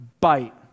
bite